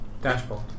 Dashboard